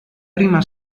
prima